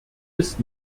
ist